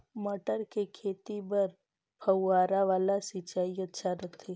मटर के खेती बर फव्वारा वाला सिंचाई अच्छा रथे?